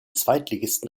zweitligisten